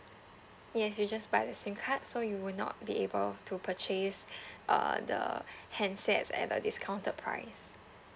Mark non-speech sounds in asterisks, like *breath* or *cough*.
yes you just buy the SIM card so you will not be able to purchase *breath* uh the *breath* handsets at a discounted price